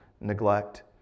neglect